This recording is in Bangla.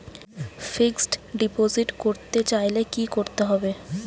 ফিক্সডডিপোজিট করতে চাইলে কি করতে হবে?